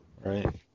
right